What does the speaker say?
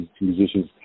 musicians